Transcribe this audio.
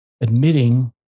admitting